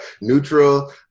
neutral